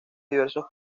diversos